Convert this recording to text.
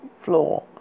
floor